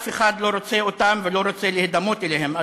אף אחד לא רוצה אותם ולא רוצה להידמות אליהם,